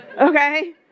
Okay